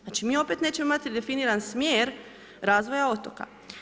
Znači, mi opet nećemo imati definiran smjer razvoja otoka.